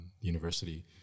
university